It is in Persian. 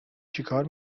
چیکار